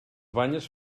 banyes